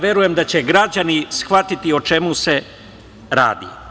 Verujem da će građani shvatiti o čemu se radi.